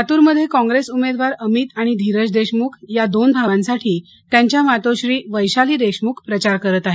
लातूरमध्ये कॉंग्रेस उमेदवार अमित आणि धिरज देशमुख या दोन भावांसाठी त्यांच्या मातोश्री वैशाली देशमुख प्रचार करत आहेत